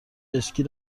اسکی